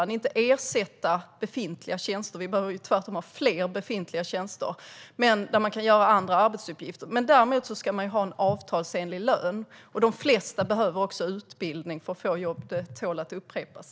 De ska inte ersätta befintliga tjänster - vi behöver tvärtom ha fler befintliga tjänster - men det handlar om tjänster där man kan utföra andra arbetsuppgifter. Men man ska ha en avtalsenlig lön. De flesta behöver också utbildning för att få jobb. Det tål att upprepas.